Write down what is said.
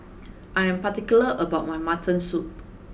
I am particular about my mutton soup